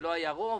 לא היה רוב,